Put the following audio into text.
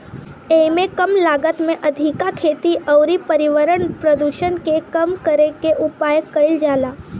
एइमे कम लागत में अधिका खेती अउरी पर्यावरण प्रदुषण के कम करे के उपाय कईल जाला